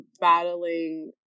battling